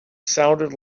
sounded